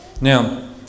Now